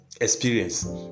experience